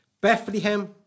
Bethlehem